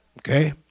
Okay